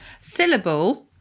syllable